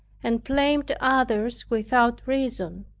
and blamed others without reason.